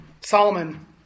Solomon